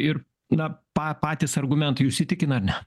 ir na pa patys argumentai jus įtikina ar ne